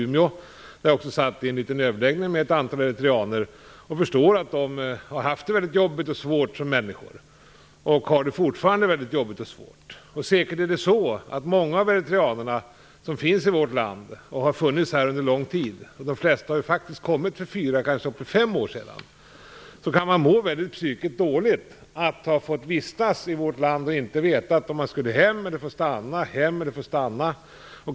Jag satt också i en liten överläggning med ett antal eritreaner. Jag förstår att de har haft det väldigt jobbigt och svårt och att de fortfarande har det väldigt jobbigt och svårt. Många av de eritreaner som finns i vårt land har funnits här under lång tid. De flesta kom faktiskt för fyra eller upp till fem år sedan. Säkert kan man må väldigt psykiskt dåligt av att ha vistats i vårt land utan att veta om man skulle hem eller om man skulle få stanna.